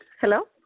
Hello